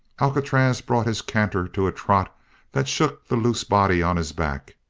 alcatraz brought his canter to a trot that shook the loose body on his back,